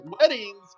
weddings